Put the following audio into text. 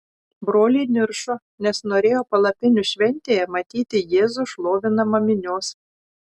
broliai niršo nes norėjo palapinių šventėje matyti jėzų šlovinamą minios